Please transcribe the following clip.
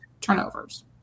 turnovers